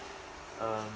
um